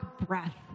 breath